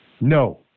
No